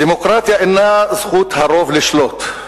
הדמוקרטיה אינה זכות הרוב לשלוט,